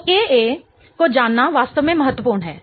तो Ka को जानना वास्तव में महत्वपूर्ण है